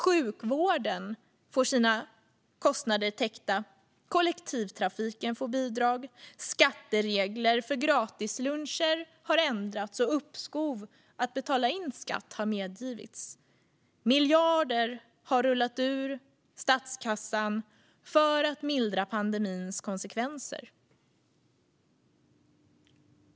Sjukvården får sina kostnader täckta. Kollektivtrafiken får bidrag. Skatteregler för gratisluncher har ändrats, och uppskov för att betala in skatt har medgivits. Miljarder har rullat ur statskassan för att mildra pandemins konsekvenser.